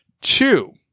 Two